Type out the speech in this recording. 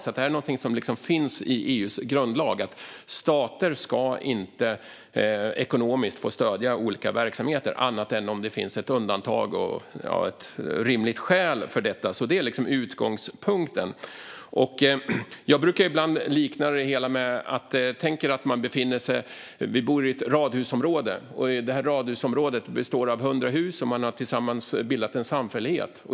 Det är alltså någonting som finns i EU:s grundlag: Stater ska inte ekonomiskt få stödja olika verksamheter, annat än om det finns ett undantag och ett rimligt skäl för detta. Det är utgångspunkten. Jag brukar ibland göra en liknelse. Tänk er att man bor i ett radhusområde. Detta radhusområde består av 100 hus, och man har tillsammans bildat en samfällighet.